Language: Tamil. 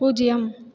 பூஜ்ஜியம்